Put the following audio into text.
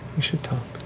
we should talk,